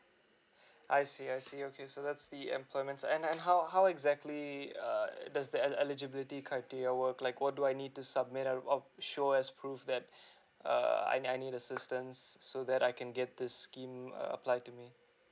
I see I see okay so that's the employments and and how how exactly err does the eli~ eligibility criteria work like what do I need to submit uh uh show as proof that err I need I need assistance so that I can get to this scheme uh apply to me